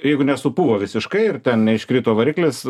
jeigu nesupuvo visiškai ir ten neiškrito variklis